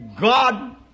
God